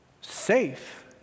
Safe